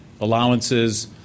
allowances